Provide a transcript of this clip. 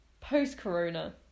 post-corona